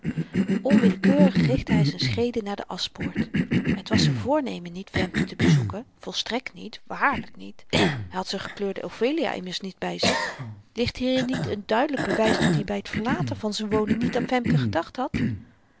onwillekeurig richtte hy z'n schreden naar de aschpoort het was z'n voornemen niet femke te bezoeken volstrekt niet waarlyk niet hy had z'n gekleurde ophelia immers niet by zich ligt hierin niet n duidelyk bewys dat-i by t verlaten van z'n woning niet aan femke gedacht had